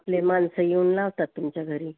आपले माणसं येऊन लावतात तुमच्या घरी